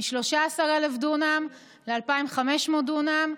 מ-13,000 דונם ל-2,500 דונם.